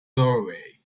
doorway